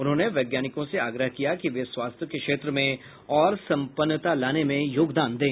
उन्होंने वैज्ञानिकों से आग्रह किया कि वे स्वास्थ्य के क्षेत्र में और संपन्नता लाने में योगदान दें